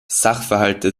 sachverhalte